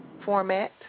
format